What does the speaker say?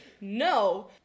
No